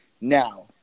Now